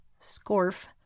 SCORF